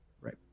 Right